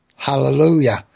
Hallelujah